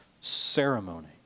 ceremony